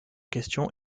question